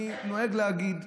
אני נוהג להגיד,